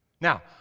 Now